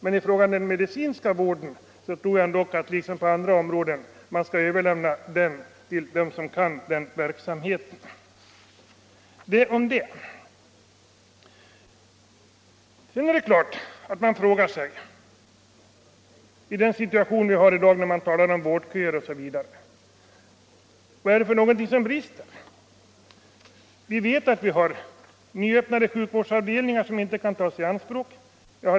Men i fråga om den medicinska vården tror jag att man, liksom på andra områden, skall överlämna åt dem som kan verksamheten att göra bedömningarna. I den situation som vi har i dag, med vårdköer osv. måste man emellertid fråga sig: Var är det brister? Vi vet att man på sina håll har ny öppnade sjukvårdsavdelningar som inte kan tas i anspråk.